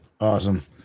Awesome